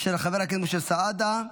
של חבר הכנסת משה סעדה.